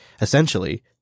essentially –